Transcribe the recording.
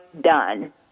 done